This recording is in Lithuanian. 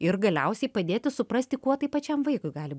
ir galiausiai padėti suprasti kuo tai pačiam vaikui gali